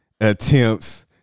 attempts